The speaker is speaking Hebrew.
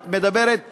את מדברת אחרי,